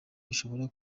bishobora